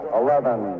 eleven